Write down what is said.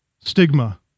stigma